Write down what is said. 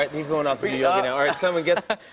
he's going after you ah now. all right, someone get ah